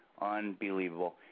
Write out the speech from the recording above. Unbelievable